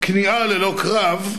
כניעה ללא קרב,